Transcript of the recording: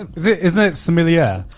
it? isn't it sommelier?